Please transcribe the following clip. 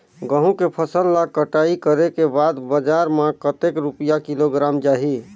गंहू के फसल ला कटाई करे के बाद बजार मा कतेक रुपिया किलोग्राम जाही?